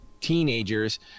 teenagers